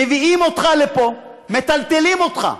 מביאים אותך לפה, מטלטלים אותך,